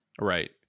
Right